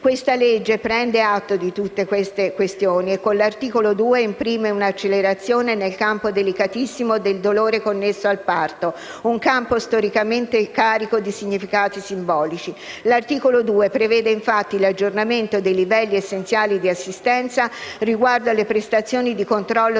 Questa legge prende atto di tali novità e, con l'articolo 2, imprime un'accelerazione nel campo delicatissimo del dolore connesso al parto, un campo storicamente carico di significati simbolici. L'articolo 2 prevede, infatti, l'aggiornamento dei livelli essenziali di assistenza riguardo alle prestazioni di controllo